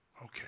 okay